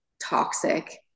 toxic